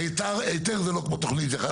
היתר זה לא כמו תוכנית זה חייב.